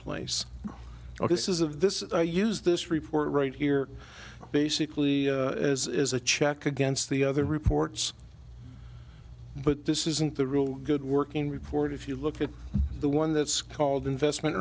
place ok this is of this use this report right here basically is a check against the other reports but this isn't the real good working report if you look at the one that's called investment